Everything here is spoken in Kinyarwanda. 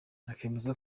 akemeza